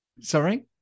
sorry